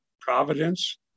providence